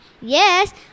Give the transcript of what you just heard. Yes